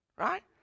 Right